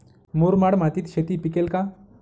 मुरमाड मातीत शेती पिकेल का?